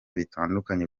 bitandukanye